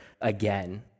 again